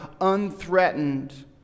unthreatened